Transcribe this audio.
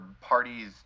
parties